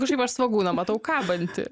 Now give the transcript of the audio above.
kažkaip aš svogūną matau kabantį